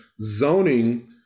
Zoning